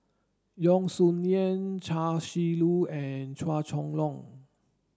Yeo Song Nian Chia Shi Lu and Chua Chong Long